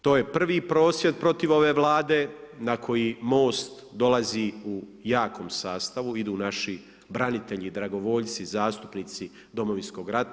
To je prvi prosvjed protiv ove Vlade na koji MOST dolazi u jakom sastavu, idu naši branitelji, dragovoljci, zastupnici Domovinskog rata.